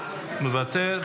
מוותר.